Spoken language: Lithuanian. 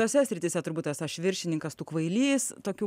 tose srityse turbūt tas aš viršininkas tu kvailys tokių